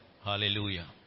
Hallelujah